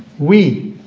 we,